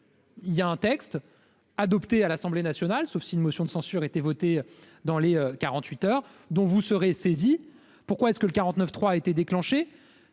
Il y a un texte adopté à l'Assemblée nationale, sauf si une motion de censure était votée dans les 48 heures dont vous serez saisis pourquoi est-ce que le 49 3 a été déclenchée,